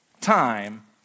time